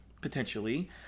potentially